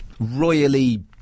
royally